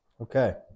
Okay